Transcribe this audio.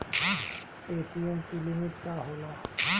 ATM की limit का होला?